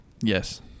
Yes